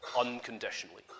unconditionally